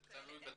זה תלוי בתקציבים.